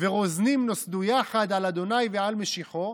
ורוזנים נוסדו יחד על ה' ועל משיחו".